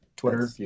Twitter